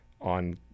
on